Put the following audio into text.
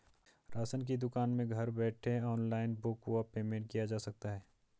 Ration की दुकान में घर बैठे ऑनलाइन बुक व पेमेंट किया जा सकता है?